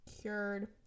cured